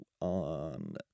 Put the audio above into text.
on